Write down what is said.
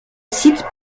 site